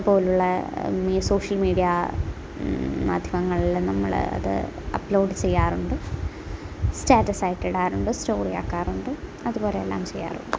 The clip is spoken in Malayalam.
പോലെയുള്ള സോഷ്യൽ മീഡിയ മാധ്യമങ്ങളിൽ നമ്മൾ അത് അപ്ലോഡ് ചെയ്യാറുണ്ട് സ്റ്റാറ്റസായിട്ട് ഇടാറുണ്ട് സ്റ്റോറി ആക്കാറുണ്ട് അതുപോലെ എല്ലാം ചെയ്യാറുണ്ട്